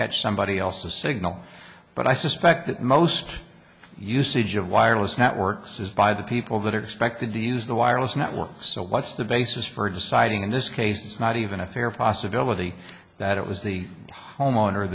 catch somebody else's signal but i suspect that most usage of wireless networks is by the people that are expected to use the wireless network so what's the basis for deciding in this case it's not even a fair possibility that it was the home